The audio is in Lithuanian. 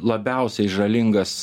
labiausiai žalingas